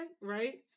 right